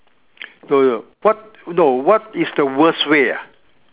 no no no what no what is the worst way ah